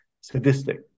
sadistic